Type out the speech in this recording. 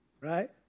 right